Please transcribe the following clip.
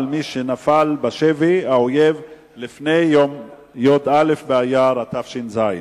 מי שנפל בשבי האויב לפני יום י"א באייר התש"ז,